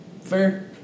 Fair